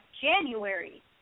January